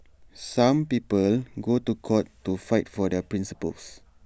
some people go to court to fight for their principles